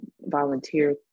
volunteer